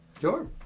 Sure